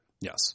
Yes